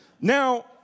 Now